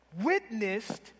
witnessed